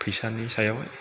फैसानि सायाव